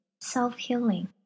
self-healing